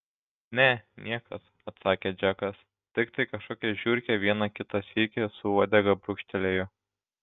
ne niekas atsakė džekas tiktai kažkokia žiurkė vieną kitą sykį su uodega brūkštelėjo